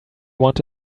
want